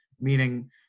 meaning